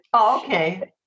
okay